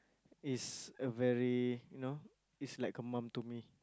is a very you know is like a mum to me